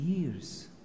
years